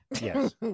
Yes